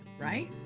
right?